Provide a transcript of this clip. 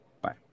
Bye